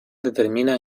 determina